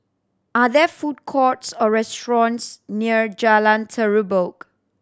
are there food courts or restaurants near Jalan Terubok